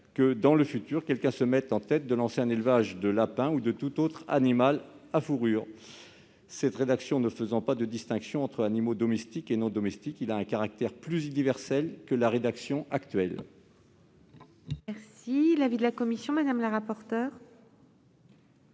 que, à l'avenir, quelqu'un se mette en tête de lancer un élevage de lapins ou de tout autre animal à fourrure. Cette rédaction ne faisant pas de distinction entre animaux domestiques et animaux non domestiques, elle a un caractère plus universel que la rédaction actuelle. Quel est l'avis de la commission ? L'amendement tend